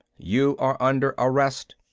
you are under arrest.